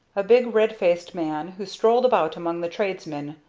a big red faced man, who strolled about among the tradesmen,